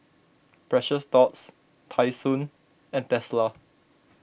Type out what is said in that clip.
Precious Thots Tai Sun and Tesla